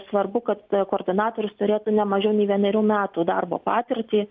svarbu kad koordinatorius turėtų ne mažiau nei vienerių metų darbo patirtį